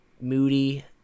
moody